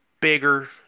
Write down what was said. bigger